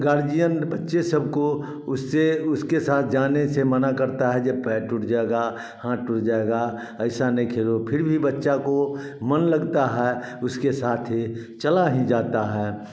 guardian बच्चे सब को उससे उसके साथ जाने से मना करता है जब पैर टूट जाएगा हाथ टूट जाएगा ऐसा नहीं खेलो फिर भी बच्चे को मन लगता है उसके साथ ही चला ही जाता है